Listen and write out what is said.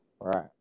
Right